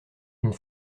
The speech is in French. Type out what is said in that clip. une